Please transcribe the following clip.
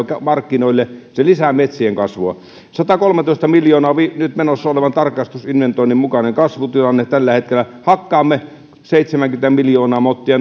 markkinoille se lisää metsien kasvua satakolmetoista miljoonaa on nyt menossa olevan tarkastusinventoinnin mukainen kasvutilanne tällä hetkellä hakkaamme seitsemänkymmentä miljoonaa mottia